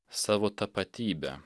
savo tapatybę